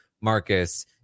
Marcus